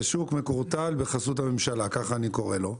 זה שוק מקורטל בחסות הממשלה, ככה אני קורא לו.